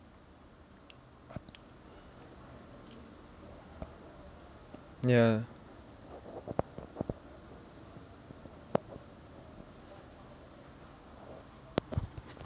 ya